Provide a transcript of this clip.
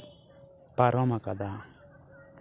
ᱯᱟᱨᱚᱢ ᱟᱠᱟᱫᱟ